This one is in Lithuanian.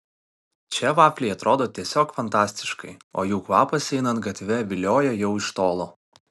čia vafliai atrodo tiesiog fantastiškai o jų kvapas einant gatve vilioja jau iš tolo